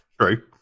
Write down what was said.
True